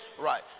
Right